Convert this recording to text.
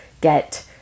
get